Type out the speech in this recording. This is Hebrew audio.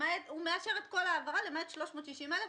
הוא מאשר את כל העברה, למעט 360 אלף